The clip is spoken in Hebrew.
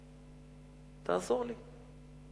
תעזור לי,